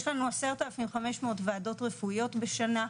יש לנו 10,500 וועדות רפואיות בשנה,